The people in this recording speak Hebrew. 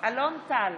אלון טל,